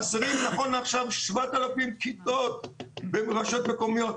חסרים נכון לעכשיו 7,000 כיתות ברשויות מקומיות.